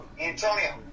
Antonio